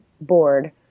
board